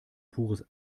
pures